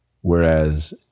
whereas